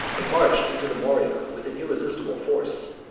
and marched into the morea with an irresistible force.